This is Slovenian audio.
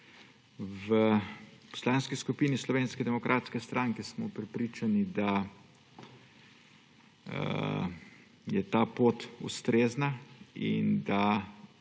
V Poslanski skupini Slovenske demokratske stranke smo prepričani, da je ta pot ustrezna in da